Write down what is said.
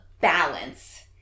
balance